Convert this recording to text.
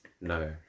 No